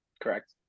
Correct